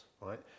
right